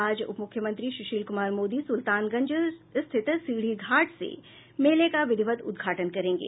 आज उपमुख्यमंत्री सुशील कुमार मोदी सुल्तानगंज स्थित सीढ़ी घाट सें मेले का विधिवत उद्घाटन करेंगे